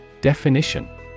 Definition